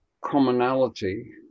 commonality